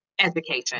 education